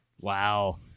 wow